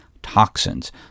toxins